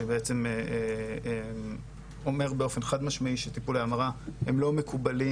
שבעצם אומר באופן חד משמעי שטיפולי המרה הם לא מקובלים